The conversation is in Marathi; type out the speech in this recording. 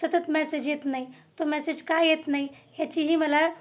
सतत मॅसेज येत नाही तो मॅसेज काय येत नाही याचीही मला